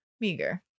meager